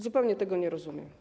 Zupełnie tego nie rozumiem.